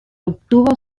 obtuvo